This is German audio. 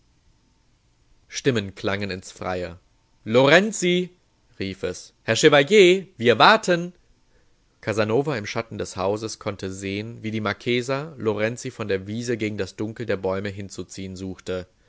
stimmen klangen ins freie lorenzi rief es herr chevalier wir warten casanova im schatten des hauses konnte sehen wie die marchesa lorenzi von der wiese gegen das dunkel der bäume hinzuziehen suchte